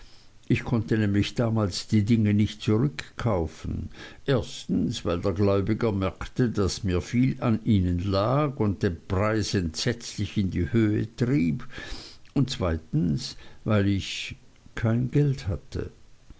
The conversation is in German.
ich konnte nämlich damals die dinge nicht zurückkaufen erstens weil der gläubiger merkte daß mir viel an ihnen lag und den preis entsetzlich in die höhe trieb und zweitens weil ich kein geld hatte